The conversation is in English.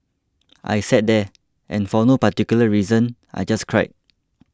I sat there and for no particular reason I just cried